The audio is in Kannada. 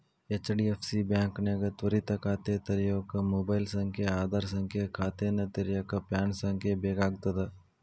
ಹೆಚ್.ಡಿ.ಎಫ್.ಸಿ ಬಾಂಕ್ನ್ಯಾಗ ತ್ವರಿತ ಖಾತೆ ತೆರ್ಯೋಕ ಮೊಬೈಲ್ ಸಂಖ್ಯೆ ಆಧಾರ್ ಸಂಖ್ಯೆ ಖಾತೆನ ತೆರೆಯಕ ಪ್ಯಾನ್ ಸಂಖ್ಯೆ ಬೇಕಾಗ್ತದ